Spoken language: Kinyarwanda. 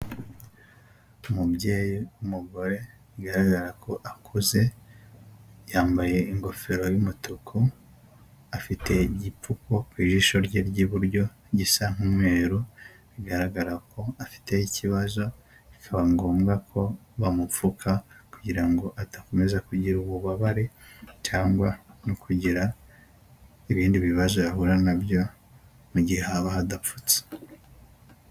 Umubyeyi w'umugore bigaragara ko akuze yambaye ingofero y'umutuku afite igipfuko ku ijisho rye ry'iburyo gisa n'umweru bigaragara ko afite ikibazo bikaba ngombwa ko bamupfuka kugira ngo adakomeza kugira ububabare cyangwa no kugira ibindi bibazo ahura na byo mu gihe haba hadapfutse.